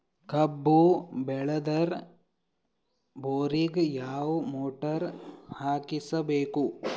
ಕಬ್ಬು ಬೇಳದರ್ ಬೋರಿಗ ಯಾವ ಮೋಟ್ರ ಹಾಕಿಸಬೇಕು?